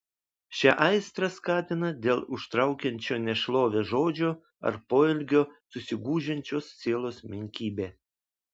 šią aistrą skatina dėl užtraukiančio nešlovę žodžio ar poelgio susigūžiančios sielos menkybė